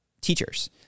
teachers